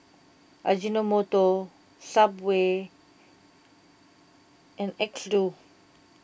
Ajinomoto Subway and Xndo